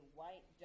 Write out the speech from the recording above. white